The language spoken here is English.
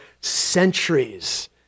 centuries